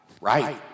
Right